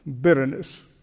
bitterness